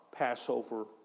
Passover